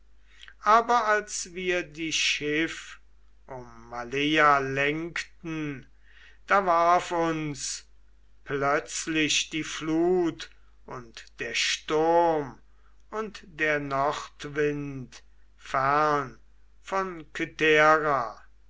aber als wir die schiff um maleia lenkten da warf uns plötzlich die flut und der strom und der nordwind fern von